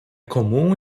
comum